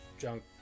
junk